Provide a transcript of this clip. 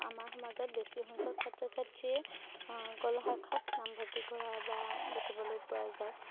আমাৰ সমাজত বেছি সংখ্যক ছাত্ৰ ছাত্ৰীয়ে কলা শাখাত নামভৰ্তি কৰা বা দেখিবলৈ পোৱা যায়